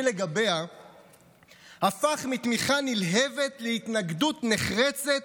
לגביה הפך מתמיכה נלהבת להתנגדות נחרצת